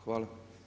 Hvala.